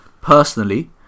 personally